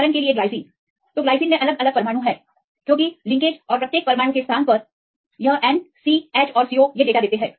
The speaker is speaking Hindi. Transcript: उदाहरण के लिए ग्लाइसिन इसलिए उन्होंने अलग परमाणु प्रकार दिया क्योंकि लिंकेज और प्रत्येक परमाणु के स्थान पर यह N CTऔर CO हम डेटा देते हैं